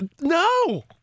No